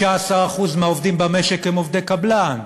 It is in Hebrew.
15% מהעובדים במשק הם עובדי קבלן,